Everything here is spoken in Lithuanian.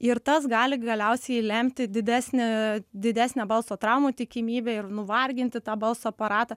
ir tas gali galiausiai lemti didesnį didesnę balso traumų tikimybę ir nuvarginti tą balso aparatą